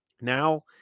Now